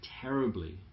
terribly